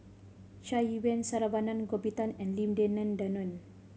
Chai Yee Wei Saravanan Gopinathan and Lim Denan Denon